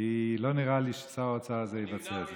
כי לא נראה לי ששר האוצר הזה יבצע את זה.